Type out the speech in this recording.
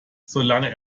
solange